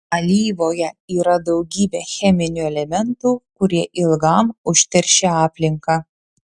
alyvoje yra daugybė cheminių elementų kurie ilgam užteršia aplinką